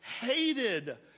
hated